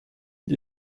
gli